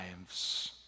lives